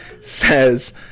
says